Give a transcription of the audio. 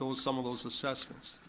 some of those assessments.